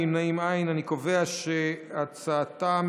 נפגעי עבירות מין או אלימות (תיקון,